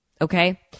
Okay